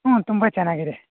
ಹ್ಞೂ ತುಂಬ ಚೆನ್ನಾಗಿದೆ